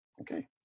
Okay